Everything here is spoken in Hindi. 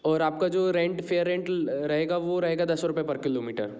और आपका जो रेंट फ़ेयर रेंटल वह रहेगा दस रुपये पर किलोमीटर